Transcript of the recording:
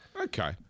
Okay